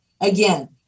again